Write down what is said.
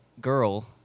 girl